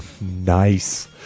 Nice